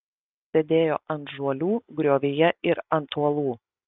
sėdėjo ant žuolių griovyje ir ant uolų